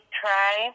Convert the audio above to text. try